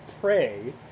pray